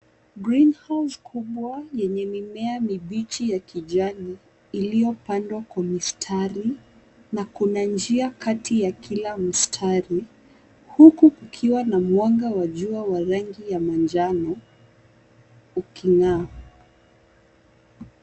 Greenhouse [cc] kubwa yenye mimea mibichi ya kijani iliyopandwa kwa mistari na kuna njia kati ya kila mstari huku kukiwa na mwanga wa jua wa rangi ya manjano uking'aa.